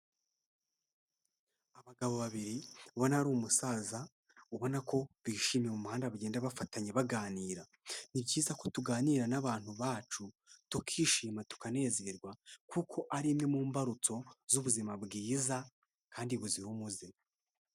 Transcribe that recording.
Abagabo babiri ubona hari umusaza ubona ko bishimye mu umuhanda bagenda bafatanya baganira. Ni byiza ko tuganira n'abantu bacu tukishima tukanezerwa, kuko ari imwe mu mbarutso z'ubuzima bwiza kandi buzira umuze.